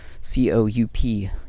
C-O-U-P